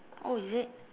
oh is it